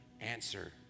answer